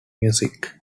music